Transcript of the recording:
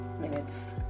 minutes